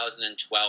2012